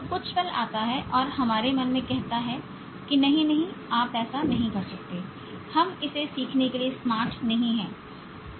तो कुछ पल आता है और हमारे मन में कहता है कि नहीं नहीं आप ऐसा नहीं कर सकते हम इसे सीखने के लिए स्मार्ट नहीं हैं